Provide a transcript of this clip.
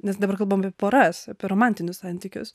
nes dabar kalbam apie poras apie romantinius santykius